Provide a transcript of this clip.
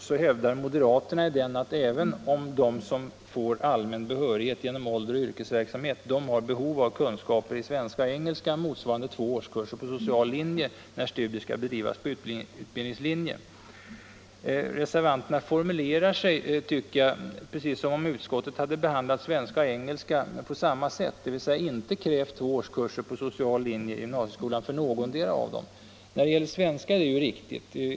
I den hävdar moderaterna att de som får allmän behörighet genom ålder och yrkeserfarenhet har behov av kunskaper i svenska och engelska motsvarande två årskurser på social linje när studier skall bedrivas på utbildningslinje. Reservanterna formulerar sig, tycker jag, precis som om utskottet hade behandlat svenska och engelska på samma sätt, dvs. inte krävt två årskurser på social linje i gymnasieskolan för någotdera av dessa språk. När det gäller svenska är det riktigt.